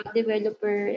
developer